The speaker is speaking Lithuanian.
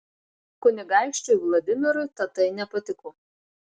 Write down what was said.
kunigaikščiui vladimirui tatai nepatiko